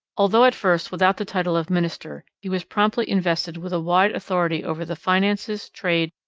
although at first without the title of minister, he was promptly invested with a wide authority over the finances, trade,